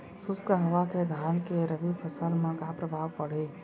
शुष्क हवा के धान के रबि फसल मा का प्रभाव पड़ही?